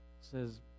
says